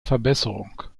verbesserung